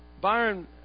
Byron